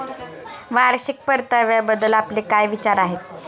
वार्षिक परताव्याबद्दल आपले काय विचार आहेत?